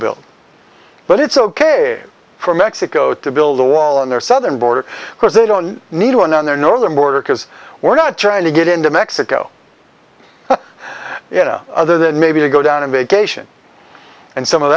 built but it's ok for mexico to build a wall on their southern border because they don't need one on their northern border because we're not trying to get into mexico you know other than maybe to go down and vacation and some of